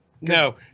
No